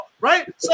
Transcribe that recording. right